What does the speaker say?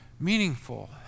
meaningful